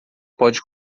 pode